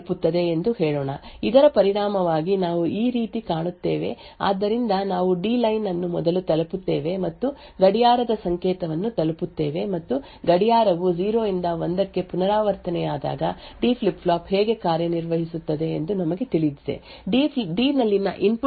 ಈಗ ನಾವು ನೀಲಿ ರೇಖೆಯ ಸ್ವಿಚ್ ಗಳು ಇನ್ಪುಟ್ 1 ನೇ ತಲುಪುತ್ತದೆ ಎಂದು ಹೇಳೋಣ ಇದರ ಪರಿಣಾಮವಾಗಿ ನಾವು ಈ ರೀತಿ ಕಾಣುತ್ತೇವೆ ಆದ್ದರಿಂದ ನಾವು ಡಿ ಲೈನ್ ಅನ್ನು ಮೊದಲು ತಲುಪುತ್ತೇವೆ ಮತ್ತು ಗಡಿಯಾರದ ಸಂಕೇತವನ್ನು ತಲುಪುತ್ತೇವೆ ಮತ್ತು ಗಡಿಯಾರವು 0 ರಿಂದ 1 ಕ್ಕೆ ಪರಿವರ್ತನೆಯಾದಾಗ ಡಿ ಫ್ಲಿಪ್ ಫ್ಲಾಪ್ ಹೇಗೆ ಕಾರ್ಯನಿರ್ವಹಿಸುತ್ತದೆ ಎಂದು ನಮಗೆ ತಿಳಿದಿದೆ ಡಿ ನಲ್ಲಿನ ಇನ್ಪುಟ್ ನಂತರ ಔಟ್ಪುಟ್ ನಲ್ಲಿ ಲ್ಯಾಚ್ ಆಗುತ್ತದೆ